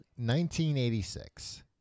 1986